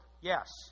Yes